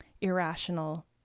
irrational